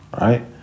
Right